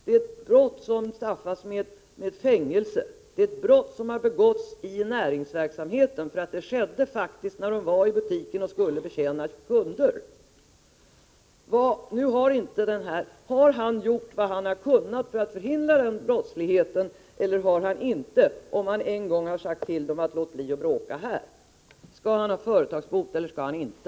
Det är ett brott som straffas med fängelse, och det är ett brott som har begåtts i näringsverksamheten, för det skedde när de var i butiken och skulle betjäna kunder. Har den här företagaren gjort vad han har kunnat för att förhindra brottsligheten eller har han inte gjort det, om han en gång sagt till dem att låta bli att bråka? Skall han ha företagsbot eller inte?